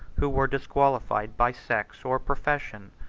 who were disqualified by sex or profession,